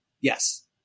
Yes